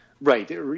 right